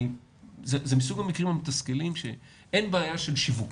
זה מסוג המקרים המתסכלים שאין בעיה של שיווק,